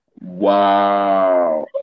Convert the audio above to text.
wow